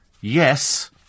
yes